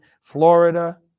Florida